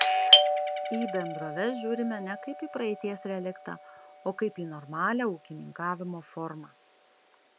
į bendroves žiūrime ne kaip į praeities reliktą o kaip į normalią ūkininkavimo formą